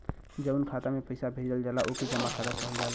जउन खाता मे पइसा भेजल जाला ओके जमा खाता कहल जाला